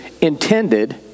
intended